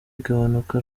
igabanuka